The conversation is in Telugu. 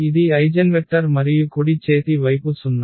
ఇది ఐగెన్వెక్టర్ మరియు కుడి చేతి వైపు 0